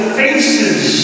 faces